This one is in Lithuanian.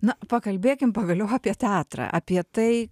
na pakalbėkim pagaliau apie teatrą apie tai